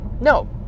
No